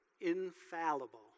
infallible